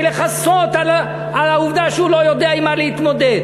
לכסות על העובדה שהוא לא יודע עם מה להתמודד.